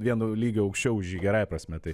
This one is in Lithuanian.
vienu lygiu aukščiau už jį gerąja prasme tai